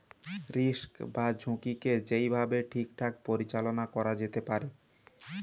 risk বা ঝুঁকিকে যেই ভাবে ঠিকঠাক পরিচালনা করা যেতে পারে